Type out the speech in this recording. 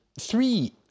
three